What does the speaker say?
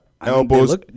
elbows